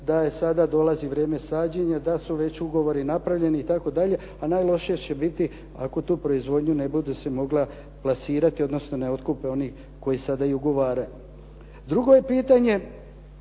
da sada dolazi vrijeme sađenja, da su već ugovori napravljeni itd. ali najlošije će biti ako tu proizvodnju ne bude se mogla plasirati, odnosno ne otkupe oni koji sada ugovaraju. Drugo je pitanje